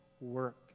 work